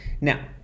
Now